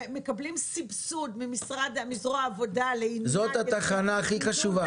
הם מקבלים סבסוד מזרוע העבודה --- זאת התחנה הכי חשובה,